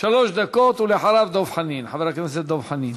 שלוש דקות, ואחריו, חבר הכנסת דב חנין.